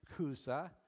Cusa